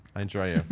i enjoy